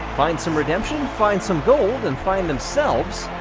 find some redemption, find some gold, and find themselves